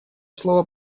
слово